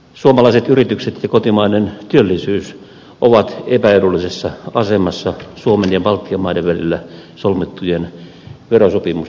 suomalaiset yritykset ja kotimainen työllisyys ovat epäedullisessa asemassa suomen ja baltian maiden välillä solmittujen verosopimusten takia